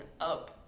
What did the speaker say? up